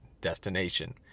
destination